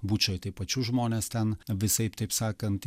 bučoj tai pačių žmones ten visaip taip sakant